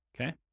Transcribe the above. Okay